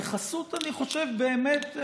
אני חושב באמת,